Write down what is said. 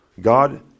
God